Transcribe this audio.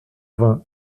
vingt